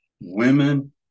women